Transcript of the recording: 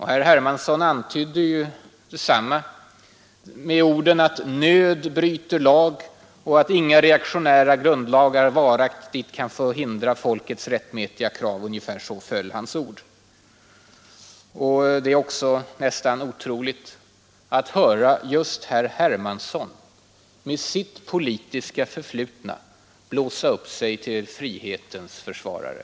Herr Hermansson antydde reaktio: detsamma med orden att ”nöd bryter lag” och att inga ära grundlagar varaktigt kan få hindra folkets rättmätiga krav ungefär så föll hans ord. Det är också nästan otroligt att höra just herr Hermansson, med sitt politiska förflutna, blåsa upp sig till frihetens försvarare.